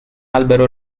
albero